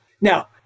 now